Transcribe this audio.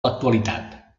l’actualitat